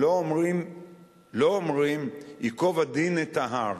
לא אומרים: ייקוב הדין את ההר.